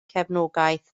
cefnogaeth